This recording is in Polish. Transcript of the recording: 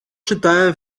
czytałem